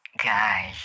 Guys